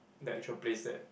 the actual place that